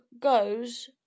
goes